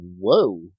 whoa